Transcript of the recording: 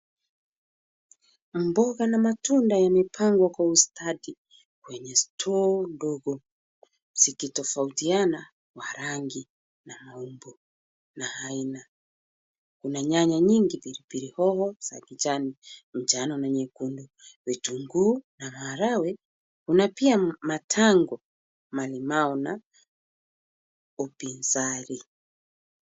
Mboga na matunda yamepangwa kwa ustadi kwenye store ndogo zikitofautiana kwa rangi na maumbo na aina. Kuna nyanya nyingi, pilipili hoho za kijani, njano na nyekundu, vitunguu na maharagwe. Kuna pia matango, malimau na upizali.